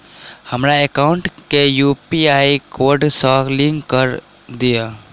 हमरा एकाउंट केँ UPI code सअ लिंक कऽ दिऽ?